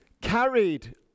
carried